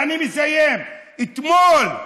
ואני מסיים: אתמול,